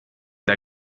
der